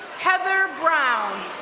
heather brown.